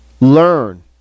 Learn